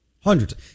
Hundreds